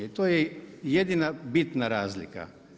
To je jedina bitna razlika.